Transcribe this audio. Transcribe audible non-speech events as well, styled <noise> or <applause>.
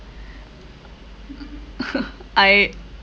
<noise> <laughs> I